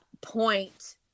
point